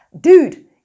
Dude